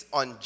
on